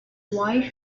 wife